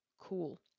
cool